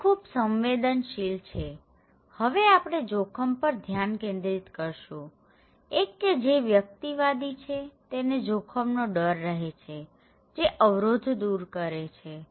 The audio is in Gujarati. તે ખૂબ સંવેદનશીલ છે હવે આપણે જોખમ પર ધ્યાન કેન્દ્રિત કરીશુંએક કે જે વ્યક્તિવાદી છે તેને જોખમનો ડર રહે છે જે અવરોધ દૂર કરે છે